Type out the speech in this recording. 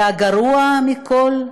והגרוע מכול,